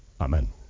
Amen